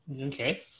Okay